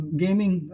gaming